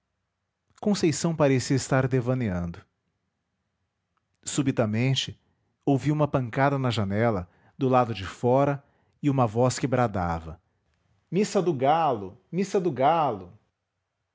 conceição parecia estar devaneando subitamente ouvi uma pancada na janela do lado de fora e uma voz que bradava missa do galo missa do galo